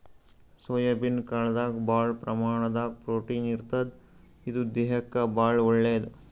soybean ಕಾಳ್ದಾಗ್ ಭಾಳ್ ಪ್ರಮಾಣದಾಗ್ ಪ್ರೊಟೀನ್ ಇರ್ತದ್ ಇದು ದೇಹಕ್ಕಾ ಭಾಳ್ ಒಳ್ಳೇದ್